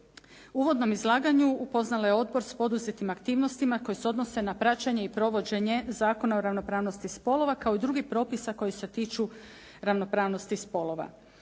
uvodnom izlaganju upoznala je odbor sa poduzetim aktivnostima koji se odnose na praćenje i provođenje Zakona o ravnopravnosti spolova kao i drugih propisa koji se tiču ravnopravnosti spolova.